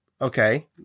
Okay